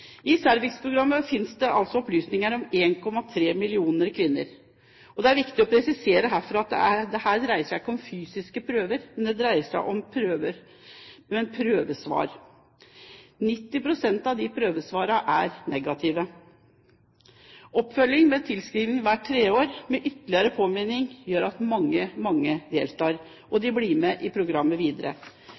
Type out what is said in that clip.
I Cervixscreeningprogrammet finnes det opplysninger om 1,3 millioner kvinner. Det er viktig å presisere at dette ikke dreier seg om fysiske prøver, men det dreier seg om prøvesvar. 90 pst. av disse prøvesvarene er negative. Oppfølging med tilskriving hver tredje år, med ytterligere påminnelse, gjør at mange deltar og blir med i programmet videre.